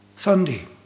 Sunday